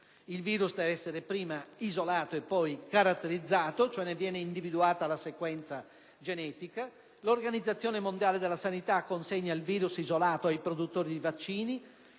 Il virus deve essere prima isolato e poi caratterizzato, cioè ne viene individuata la sequenza genetica; l'Organizzazione mondiale della sanità consegna il virus isolato ai produttori di vaccini;